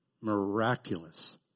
Miraculous